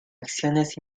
acciones